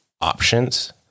options